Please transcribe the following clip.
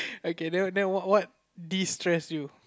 okay then then what what destress you